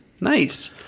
Nice